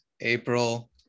april